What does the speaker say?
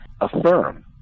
affirm